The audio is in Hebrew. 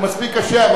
והוא מספיק קשה.